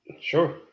Sure